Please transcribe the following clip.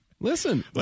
Listen